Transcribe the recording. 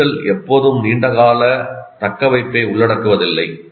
கற்றல் எப்போதும் நீண்டகால தக்கவைப்பை உள்ளடக்குவதில்லை